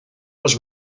was